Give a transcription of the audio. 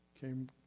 came